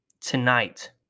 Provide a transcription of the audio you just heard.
tonight